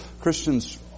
Christians